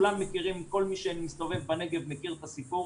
כל מי שמסתובב בנגב מכיר את הסיפור.